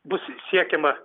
bus siekiama